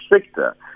sector